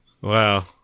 Wow